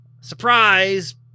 surprise